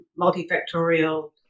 multifactorial